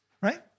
right